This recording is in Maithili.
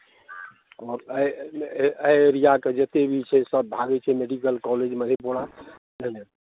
आओर एहि एहि एरियाके जतेक भी छै सभ भागै छै मेडिकल कॉलेज मधेपुरा बुझलियै